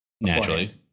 Naturally